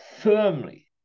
firmly